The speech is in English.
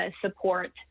support